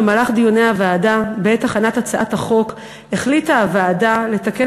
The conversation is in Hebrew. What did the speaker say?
במהלך דיוני הוועדה בעת הכנת הצעת החוק החליטה הוועדה לתקן